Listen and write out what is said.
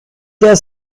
der